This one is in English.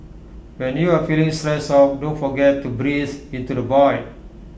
when you are feeling stressed out don't forget to breathe into the void